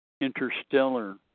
interstellar